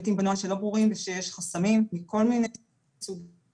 --- מהיבטים שלא ברורים ושיש חסמים מכל מיני סוגים.